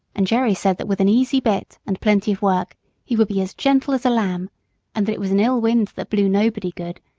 and jerry said that with an easy bit and plenty of work he would be as gentle as a lamb and that it was an ill wind that blew nobody good,